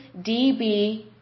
DB